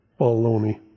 Baloney